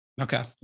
Okay